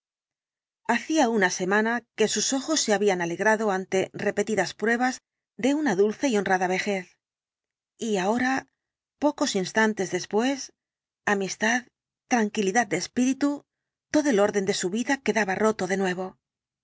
hacía una semana que sus ojos se habían alegrado ante repetidas pruebas de una dulce y honrada vejez y ahora pocos instantes después amistad tranquilidad de espíritu todo el orden de su vida quedaba roto de nuevo